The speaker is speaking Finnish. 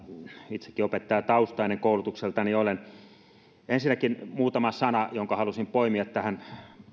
itsekin olen opettajataustainen koulutukseltani ensinnäkin muutama sana jotka halusin poimia tähän